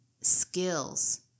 skills